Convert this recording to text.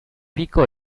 pico